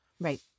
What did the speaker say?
Right